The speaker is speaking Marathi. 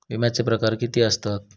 विमाचे प्रकार किती असतत?